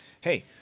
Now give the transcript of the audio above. hey